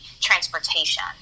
transportation